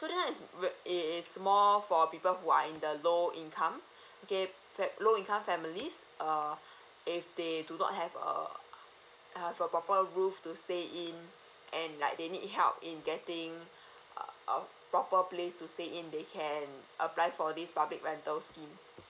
is more for people who are in the low income okay low income families err if they do not have err err for proper roof to stay in and like they need help in getting a proper place to stay in they can apply for this public rental scheme